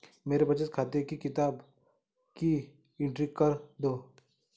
मेरे बचत खाते की किताब की एंट्री कर दो?